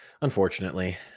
Unfortunately